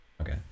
Okay